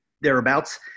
thereabouts